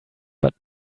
but